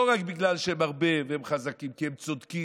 טרם גיבשתי עמדתי בנושא החשוב הזה.